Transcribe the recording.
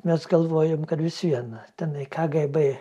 mes galvojom kad vis viena tenai kgb